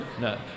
No